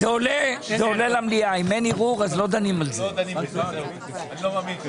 אתם זורקים פה ים של עובדות שהקשר בינן למציאות או האמת הוא מקרי בהחלט.